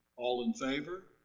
all in favor,